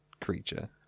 creature